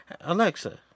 Alexa